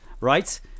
right